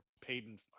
Peyton